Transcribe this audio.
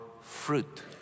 fruit